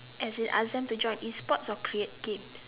as in as them to join E sports or create games